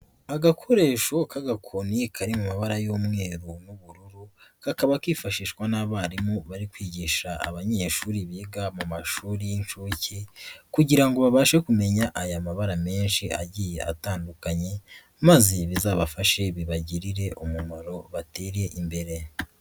Agakoresho k'agakoni kari mu mabara y'umweru n'ubururu, kakaba kifashishwa n'abarimu bari kwigisha abanyeshuri biga mu mashuri y'inshuke kugira ngo babashe kumenya aya mabara menshi agiye atandukanye maze bizabafashe, bibagirire umumaro batere imbere.